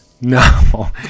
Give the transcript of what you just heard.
No